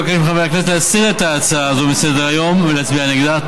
אבקש מחברי הכנסת להסיר את ההצעה הזאת מסדר-היום ולהצביע נגדה.